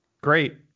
Great